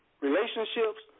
relationships